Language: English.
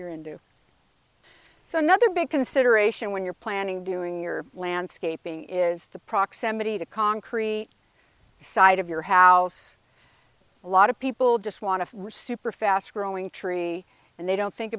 you're into so another big consideration when you're planning doing your landscaping is the proximity to concrete side of your house a lot of people just want to receive profess growing tree and they don't think